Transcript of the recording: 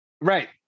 Right